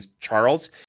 Charles